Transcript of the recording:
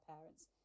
parents